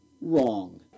Wrong